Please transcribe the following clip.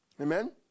Amen